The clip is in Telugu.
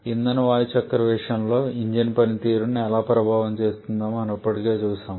ఇంధన వాయు చక్రం విషయంలో ఇంజిన్ పనితీరును ఎలా ప్రభావితం చేస్తుందో మనం ఇప్పటికే చూశాము